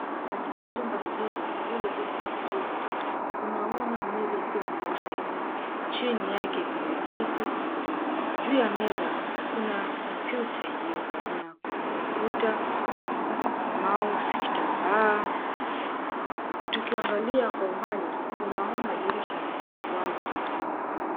Katika jumba hili lililojengwa vizuri tunaona meza ikiwa nyeupe, chini yake kuna kiti, juu ya meza kuna kompyuta iliyoko, kuna kompyuta,{cs} mouse{cs}, kitamba, tukiangalia kwa umbali tunaona dirisha likiwa wazi limefunguliwa.